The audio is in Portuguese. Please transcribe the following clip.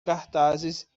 cartazes